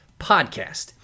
podcast